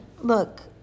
Look